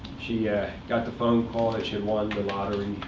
she yeah got the phone call that she had won the lottery,